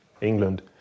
England